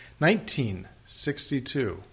1962